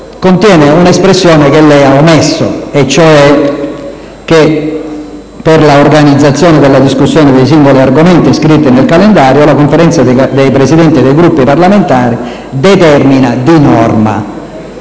contiene un'espressione che lei ha omesso, e cioè che "per la organizzazione della discussione dei singoli argomenti iscritti nel calendario, la Conferenza dei Presidenti dei Gruppi parlamentari determina" e poi